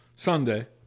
Sunday